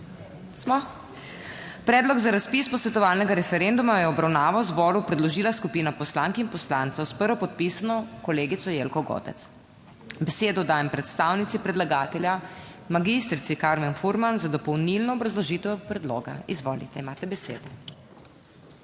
smo? Predlog za razpis posvetovalnega referenduma je v obravnavo zboru predložila skupina poslank in poslancev, s prvopodpisano kolegico Jelko Godec. Besedo dajem predstavnici predlagatelja magistrici Karmen Furman za dopolnilno obrazložitev predloga. Izvolite, imate besedo.**30.